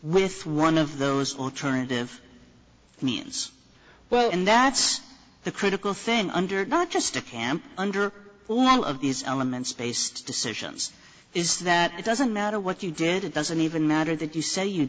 with one of those alternative means well and that's the critical thing under not just a camp under all of these elements based decisions is that it doesn't matter what you did it doesn't even matter that you say you